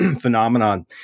phenomenon